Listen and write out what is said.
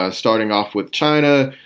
ah starting off with china.